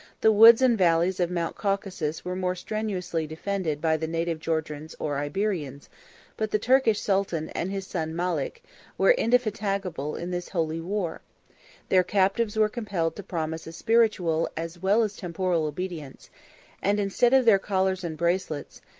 the woods and valleys of mount caucasus were more strenuously defended by the native georgians or iberians but the turkish sultan and his son malek were indefatigable in this holy war their captives were compelled to promise a spiritual, as well as temporal, obedience and, instead of their collars and bracelets,